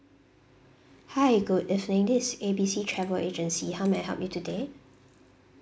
hi good evening this is A B C travel agency how may I help you today